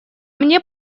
мне